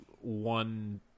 one